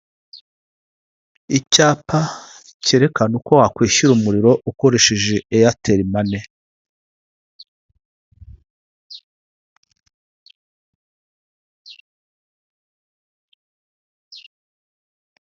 Icyapa kerekane uko wakwishyura umuriro ukoresheje eyaterimane.